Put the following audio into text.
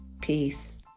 Peace